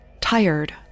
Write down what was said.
tired